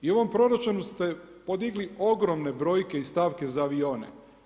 I u ovom proračunu ste podigli ogromne brojke iz stavke za avione.